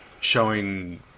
showing